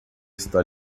está